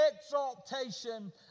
exaltation